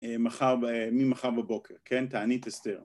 ‫ממחר בבוקר, כן? תענית אסתר.